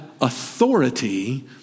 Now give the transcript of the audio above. authority